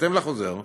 בהתאם לחוזר: